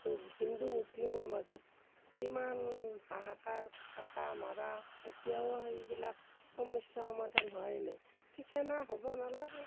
হিন্দু মুছলিমৰ মাজত কিমান হাহাকাৰ কটা মৰা এতিয়াও সেইবিলাক সমস্যা সমাধান হোৱায়ে নাই ঠিক সেনে হ'ব নালাগে